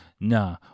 nah